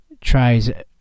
tries